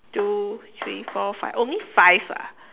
two three four five only five ah